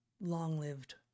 long-lived